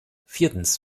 viertens